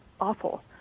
awful